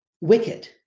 wicked